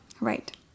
Right